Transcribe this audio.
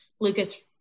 Lucas